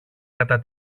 κατά